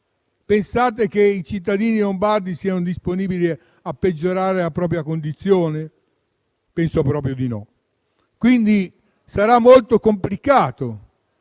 Pensate che i cittadini lombardi siano disponibili a peggiorare la propria condizione? Penso proprio di no. Sarà molto complicato,